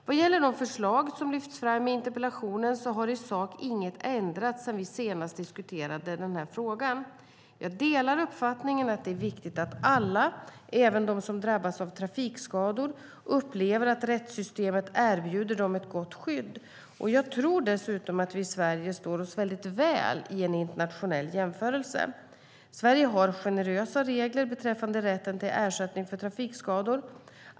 Vad gäller de förslag som lyfts fram i interpellationen har i sak inget ändrats sedan vi senast diskuterade den här frågan. Jag delar uppfattningen att det är viktigt att alla , även de som drabbas av trafikskador, upplever att rättssystemet erbjuder dem ett gott skydd. Jag tror dessutom att vi i Sverige står oss väldigt väl i en internationell jämförelse. Sverige har generösa regler beträffande rätten till ersättning för trafikskador.